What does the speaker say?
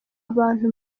bantu